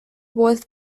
worth